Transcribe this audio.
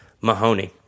Mahoney